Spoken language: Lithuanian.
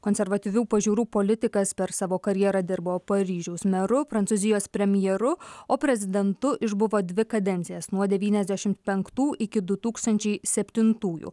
konservatyvių pažiūrų politikas per savo karjerą dirbo paryžiaus meru prancūzijos premjeru o prezidentu išbuvo dvi kadencijas nuo devyniasdešimt penktų iki du tūkstančiai septintųjų